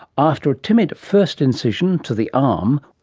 after timid first incision to the arm,